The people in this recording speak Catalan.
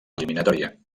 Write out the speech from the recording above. eliminatòria